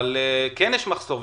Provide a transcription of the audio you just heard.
אבל כן יש מחסור,